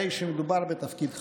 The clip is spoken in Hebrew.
הרי שמדובר בתפקיד חשוב,